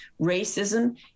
Racism